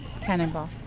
Cannonball